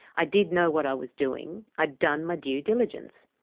i did know what i was doing. i'd done my due diligence.